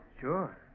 Sure